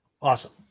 Awesome